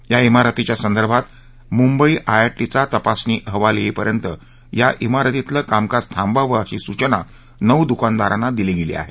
या जारतीच्या संदर्भात मुंबई आयआयटीचा तपासणी अहवाल येईपर्यंत या जारतीतलं कामकाज थांबवावं अशी सूचना नऊ दुकानदारांना दिली गेली आहे